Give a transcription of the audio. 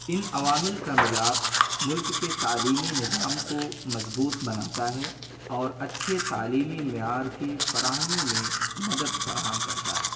ان عوامل کا ملاپ ملک کے تعلیمی نظام کو مضبوط بناتا ہے اور اچّھے تعلیمی معیار کی فراہمی میں مدد فراہم کرتا ہے